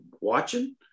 watching